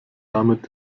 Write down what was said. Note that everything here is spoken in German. damit